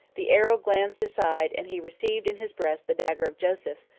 the arrow glanced aside, and he received in his breast the dagger of joseph,